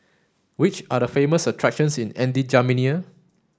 which are the famous attractions in N'Djamena